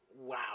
wow